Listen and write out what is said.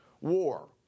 war